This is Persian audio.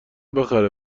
بخره